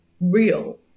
real